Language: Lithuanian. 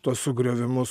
tuos sugriovimus